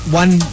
one